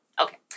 Okay